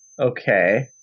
Okay